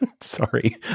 sorry